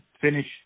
finish